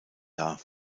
dar